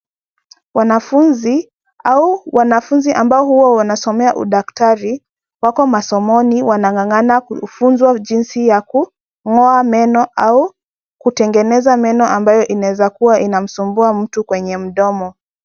Wanafuzi au wanafuzi ambao huwa wanasomea udaktari, wako masomoni wanang'ang'ana kufuzwa jinsi ya kung'oa meno au kutegeneza meno ambayo inaeza inamsumbua mtu kwenye mdomo.